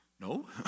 no